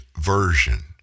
version